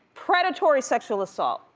predatory sexual assault,